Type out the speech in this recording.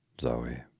Zoe